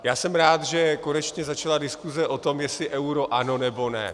Já jsem rád, že konečně začala diskuze o tom, jestli euro ano, nebo ne.